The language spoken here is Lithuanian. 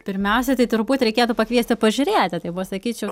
pirmiausia tai turbūt reikėtų pakviesti pažiūrėti tai va sakyčiau